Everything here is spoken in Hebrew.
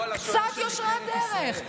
קצת דרך ארץ.